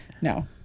No